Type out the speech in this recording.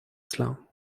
cela